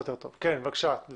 כן, אני